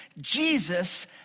Jesus